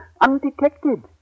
undetected